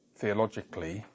theologically